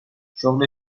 شغل